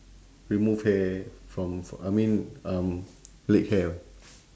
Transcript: remove hair from f~ I mean um leg hair